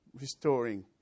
restoring